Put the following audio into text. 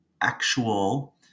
actual